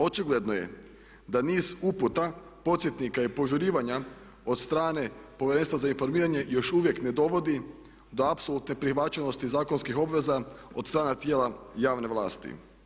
Očigledno je da niz uputa, podsjetnika i požurivanja od strane povjerenstva za informiranje još uvijek ne dovodi do apsolutne prihvaćenosti zakonskih obveza od strane tijela javne vlasti.